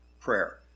prayer